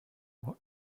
what